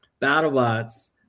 Battlebots